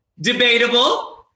debatable